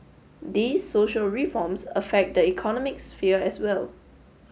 these social reforms affect the economic sphere as well